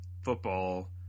football